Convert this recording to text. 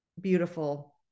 beautiful